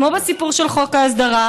כמו בסיפור של חוק ההסדרה,